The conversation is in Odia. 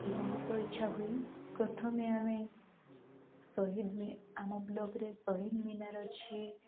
ବହୁତ ଇଚ୍ଛା ହୁଏ ପ୍ରଥମେ ଆମେ ସହିଦ୍ ଆମ ବ୍ଲଗ୍ରେ ଶହିଦ୍ ମିନାର୍ ଅଛି